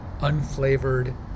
unflavored